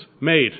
made